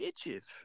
bitches